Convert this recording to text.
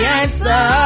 answer